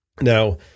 Now